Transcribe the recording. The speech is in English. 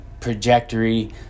trajectory